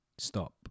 Stop